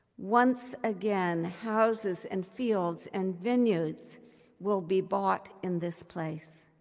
once again, houses and fields and vineyards will be bought in this place.